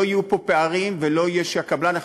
לא יהיו פה פערים ולא יהיה שקבלן אחד